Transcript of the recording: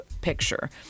picture